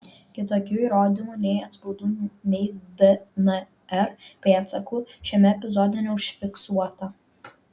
kitokių įrodymų nei atspaudų nei dnr pėdsakų šiame epizode neužfiksuota